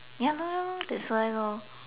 ya lor ya lor that's why lor